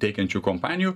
teikiančių kompanijų